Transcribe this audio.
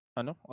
ano